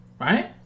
right